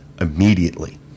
immediately